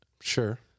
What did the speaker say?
Sure